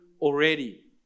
already